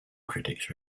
critics